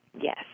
Yes